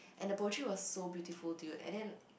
and the poetry was so beautiful to you and then